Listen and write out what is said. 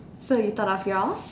so you thought of your